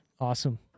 Awesome